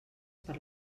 per